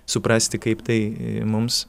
suprasti kaip tai mums